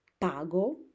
Pago